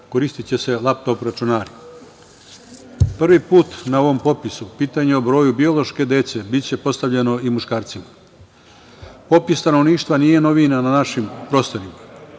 koristiće se lap top računari. Prvi put na ovom popisu pitanja o broju biološke dece biće postavljeno i muškarcima. Popis stanovništva nije novina na našim prostorima,